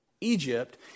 Egypt